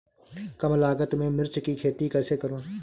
कम लागत में मिर्च की खेती कैसे करूँ?